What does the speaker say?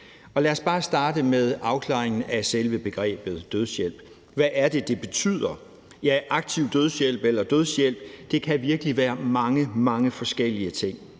Lad os bare starte med afklaringen af selve begrebet dødshjælp. Hvad er det, det betyder? Aktiv dødshjælp eller dødshjælp kan virkelig være mange, mange forskellige ting,